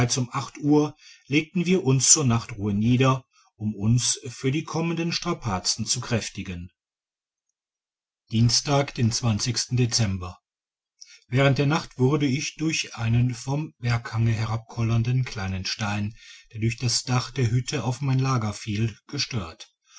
um acht uhr legten wir uns zur nachtruhe nieder um uns für die kommenden strapazen zu kräftigen dienstag dezember während der nacht wurde ich durch einen vom bergabhange herabkollernden kleinen stein der durch das dach der hütte auf mein lager fiel gestört